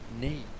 need